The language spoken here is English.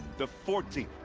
the fourteenth!